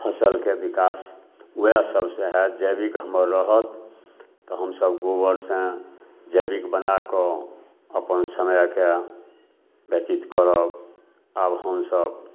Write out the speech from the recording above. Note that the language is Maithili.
फसिलके विकास वएह सबसे हैत जैविक हमर रहत तऽ हमसभ गोबरसे जैविक बनाकऽ अपन समयके व्यतीत करब आब हमसभ